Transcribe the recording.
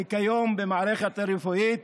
וכיום במערכת הרפואית